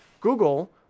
Google